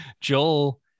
joel